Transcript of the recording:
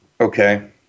Okay